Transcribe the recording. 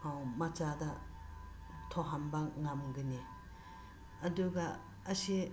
ꯃꯆꯥꯗ ꯊꯣꯛꯍꯟꯕ ꯉꯝꯒꯅꯤ ꯑꯗꯨꯒ ꯑꯁꯤ